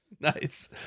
Nice